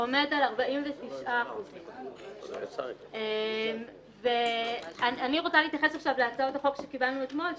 עומד על 49%. ואני רוצה להתייחס עכשיו להצעות החוק שקיבלנו אתמול,